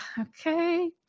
Okay